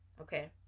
Okay